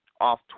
off